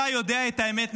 אתה יודע את האמת,